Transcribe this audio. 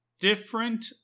Different